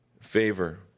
favor